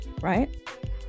right